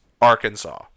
Arkansas